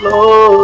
Lord